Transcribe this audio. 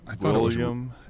William